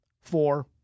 four